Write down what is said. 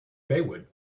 baywood